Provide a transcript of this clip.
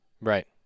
Right